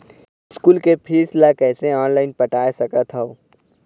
School के fees ला कैसे ऑनलाइन पटाए सकत हव?